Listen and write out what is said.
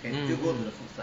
mm mm